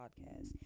podcast